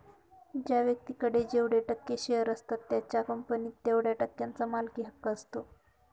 ज्या व्यक्तीकडे जेवढे टक्के शेअर असतात त्याचा कंपनीत तेवढया टक्क्यांचा मालकी हक्क असतो